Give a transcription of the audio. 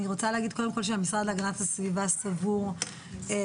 אני רוצה להגיד קודם כל שהמשרד להגנת הסביבה סבור שנקודת